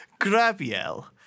Grabiel